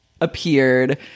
appeared